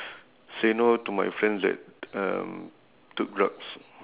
say no to my friends that um took drugs